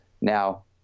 Now